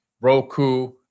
Roku